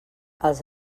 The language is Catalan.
els